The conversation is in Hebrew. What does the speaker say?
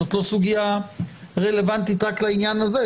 זאת לא סוגיה רלוונטית רק לעניין הזה.